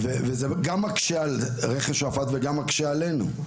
זה גם מקשה על רכס שועפט וגם מקשה עלינו.